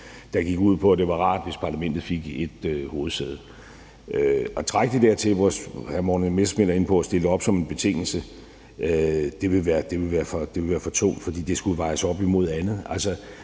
der gik ud på, at det var rart, hvis Parlamentet fik et hovedsæde. Men at trække det dertil, hvor man, som hr. Morten Messerschmidt er inde på, stiller det op som en betingelse, vil være for tungt, fordi det skulle vejes op imod andet.